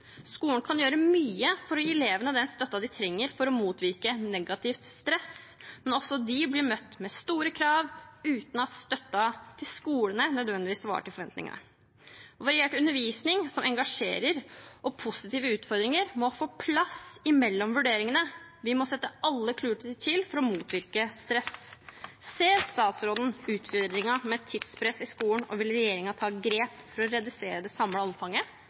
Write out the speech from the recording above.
kan gjøre mye for å gi elevene den støtten de trenger for å motvirke negativt stress, men også de blir møtt med store krav, uten at støtten til skolene nødvendigvis svarer til forventningene. Variert undervisning som engasjerer, og positive utfordringer må få plass mellom vurderingene. Vi må sette alle kluter til for å motvirke stress. Ser statsråden utfordringen med tidspress i skolen, og vil regjeringen ta grep for å redusere det samlede omfanget